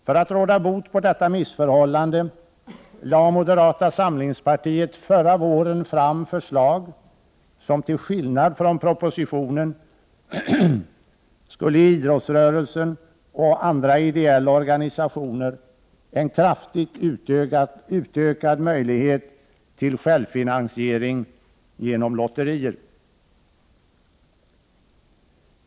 För att råda bot på detta missförhållande lade moderata samlingspartiet förra våren fram förslag som -— till skillnad från propositionen — skulle ge idrottsrörelsen och andra ideella organisationer en kraftigt utökad möjlighet till självfinansiering genom lotterier.